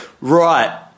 Right